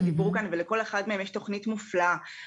כמו שדיברנו מקודם על טופס 101 ודברים